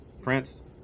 Prince